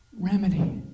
remedy